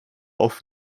auf